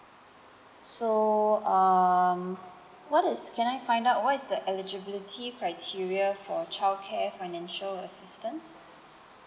so um what is can I find out what is the eligibility criteria for childcare financial assistance